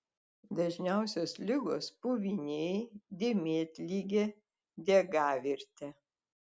dažniausios ligos puviniai dėmėtligė diegavirtė